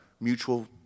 mutual